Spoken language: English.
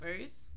first